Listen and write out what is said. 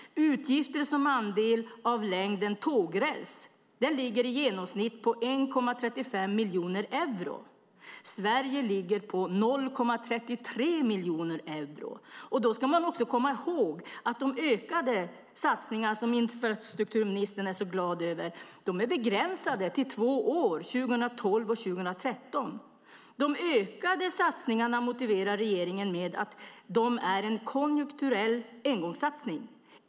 Utgifter som andel av längden tågräls ligger i genomsnitt på 1,35 miljoner euro. Sverige ligger på 0,33 miljoner euro. Då ska man också komma ihåg att de ökade satsningar som infrastrukturministern är så glad över är begränsade till två år, 2012 och 2013. De ökade satsningarna motiverar regeringen med att de är en konjunkturell engångssatsning.